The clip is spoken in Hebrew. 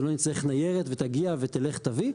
שלא נצטרך ניירת ותגיע ולך תביא,